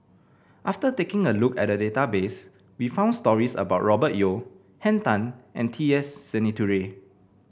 after taking a look at the database we found stories about Robert Yeo Henn Tan and T S Sinnathuray